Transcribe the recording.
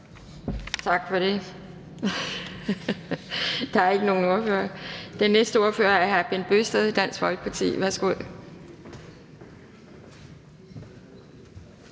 Tak for det. Der er ingen korte bemærkninger. Den næste ordfører er hr. Bent Bøgsted, Dansk Folkeparti. Værsgo.